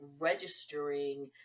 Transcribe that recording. registering